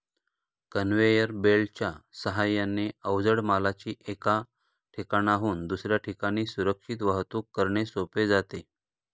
conveyor बेल्टच्या साहाय्याने अवजड मालाची एका ठिकाणाहून दुसऱ्या ठिकाणी सुरक्षित वाहतूक करणे सोपे जाते